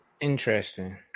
Interesting